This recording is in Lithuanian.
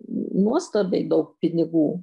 nuostabiai daug pinigų